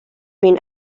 been